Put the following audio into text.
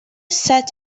set